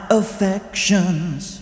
affections